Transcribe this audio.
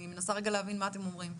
אני מנסה להבין מה אתם אומרים.